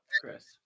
Chris